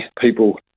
people